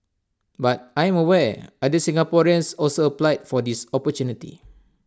but I'm aware other Singaporeans also applied for this opportunity